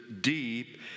deep